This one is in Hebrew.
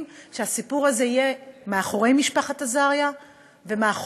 שהסיפור הזה יהיה מאחורי משפחת אזריה ומאחורינו,